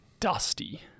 Dusty